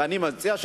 ואני מציע,